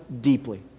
deeply